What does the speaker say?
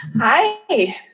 Hi